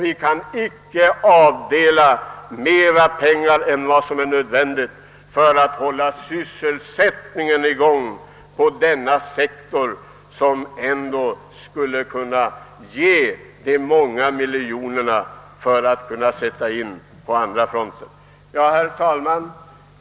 Vi kan icke avdela mer pengar än vad som är nödvändigt för att hålla sysselsättningen i gång inom en sektor, som ändå skulle kunna ge de många miljoner som behövs på andra fronter. Herr talman!